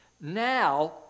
Now